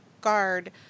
guard